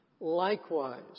Likewise